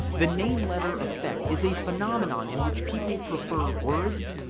the name-letter effect is a phenomenon in which people prefer words,